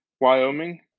Wyoming